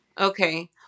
Okay